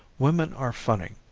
women are funny.